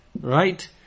right